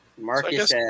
Marcus